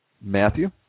Matthew